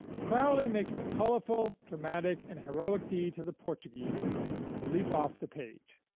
crowley makes the colorful, dramatic, and heroic deeds of the portuguese leap off the page.